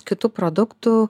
kitų produktų